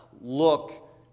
look